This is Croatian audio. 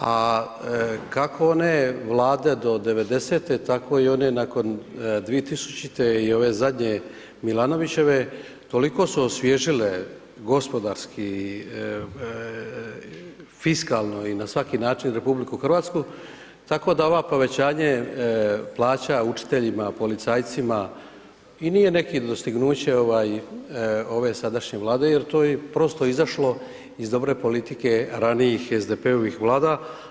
A kako one vlade do devedesete tako i one nakon 2000. i ove zadnje Milanovićeve toliko su osvježile gospodarski fiskalno i na svaki način RH tako da ovo povećanje plaća učiteljima, policajcima i nije neko dostignuće ove sadašnje Vlade jer to je prosto izašlo iz dobre politike ranijih SDP-ovih vlada.